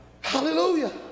Hallelujah